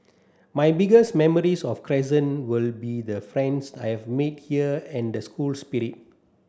my biggest memories of Crescent will be the friends I've made here and the school spirit